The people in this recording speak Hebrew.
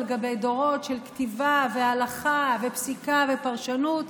גבי דורות של כתיבה והלכה ופסיקה ופרשנות,